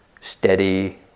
steady